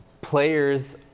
Players